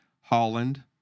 Holland